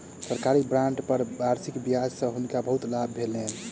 सरकारी बांड पर वार्षिक ब्याज सॅ हुनका बहुत लाभ भेलैन